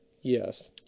yes